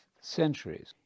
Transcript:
centuries